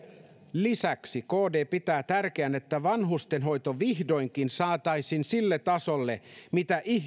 lisäksi kd pitää tärkeänä että vanhustenhoito vihdoinkin saataisiin sille tasolle minkä